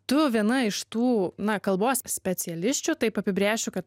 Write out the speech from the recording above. tu viena iš tų na kalbos specialisčių taip apibrėšiu kad